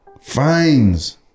Fines